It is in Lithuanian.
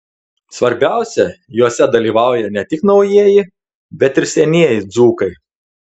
svarbiausia juose dalyvauja ne tik naujieji bet ir senieji dzūkai